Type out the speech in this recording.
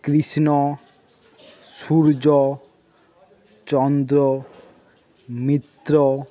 Krishna Surya Chandra Mitra